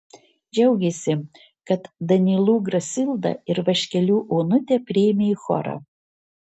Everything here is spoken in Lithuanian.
džiaugėsi kad danylų grasildą ir vaškelių onutę priėmė į chorą